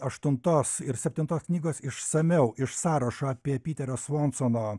aštuntos ir septintos knygos išsamiau iš sąrašo apie piterio svonsono